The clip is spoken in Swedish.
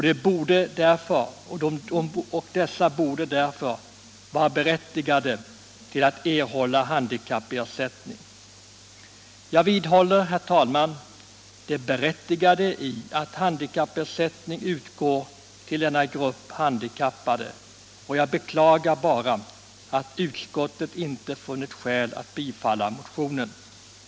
De borde därför ha rätt att erhålla handikappersättning. Jag vidhåller, herr talman, det berättigade i att handikappersättning utgår till denna grupp handikappade, och jag beklagar att utskottet inte funnit skäl att tillstyrka motionen.